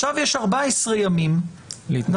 עכשיו יש 14 ימים להתנגד.